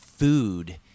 Food